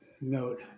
note